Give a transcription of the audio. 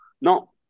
no